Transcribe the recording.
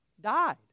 died